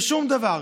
ושום דבר.